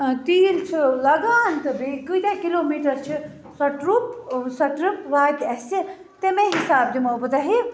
تیل چھُ لَگان تہٕ بیٚیہِ کٲتیٛاہ کِلوٗ میٖٹر چھِ سۄ ٹرٛپ سۅ ٹرٛپ واتہِ اَسہِ تَمے حِسابہٕ دِمو بہٕ تۄہہِ